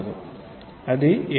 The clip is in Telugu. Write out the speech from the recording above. అది ar2r